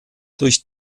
durch